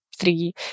three